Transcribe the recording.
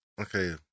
okay